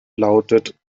lautet